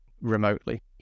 remotely